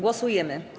Głosujemy.